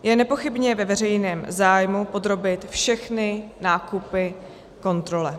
Je nepochybně ve veřejném zájmu podrobit všechny nákupy kontrole.